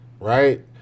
right